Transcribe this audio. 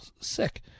sick